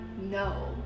no